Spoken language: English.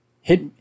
hit